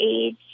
age